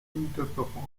ununterbrochen